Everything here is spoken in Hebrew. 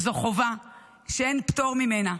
שזו חובה שאין פטור ממנה.